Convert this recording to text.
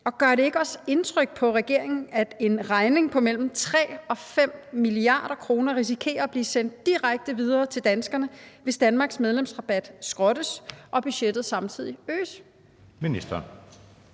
Og gør det ikke også indtryk på regeringen, at en regning på mellem 3 og 5 mia. kr. risikerer at blive sendt direkte videre til danskerne, hvis Danmarks medlemsrabat skrottes og budgettet samtidig øges?